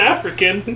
African